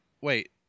wait